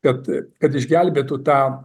kad kad išgelbėtų tą